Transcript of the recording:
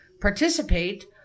participate